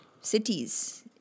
cities